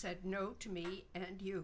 said no to me and you